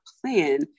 plan